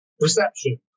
reception